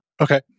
Okay